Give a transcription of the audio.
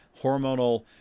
hormonal